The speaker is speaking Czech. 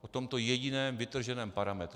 O tomto jediném vytrženém parametru.